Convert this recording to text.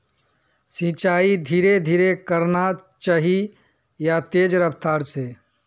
सिंचाई धीरे धीरे करना चही या तेज रफ्तार से?